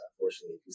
unfortunately